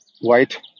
white